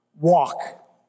walk